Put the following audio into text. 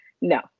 no